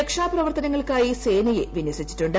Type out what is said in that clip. രക്ഷാപ്രവർത്തനങ്ങൾക്കായി സേനയെ വിന്യസിച്ചിട്ടുണ്ട്